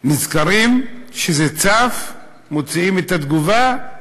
נזכרים כשזה צף, מוציאים את התגובה,